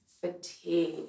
Fatigue